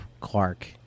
Clark